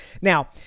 now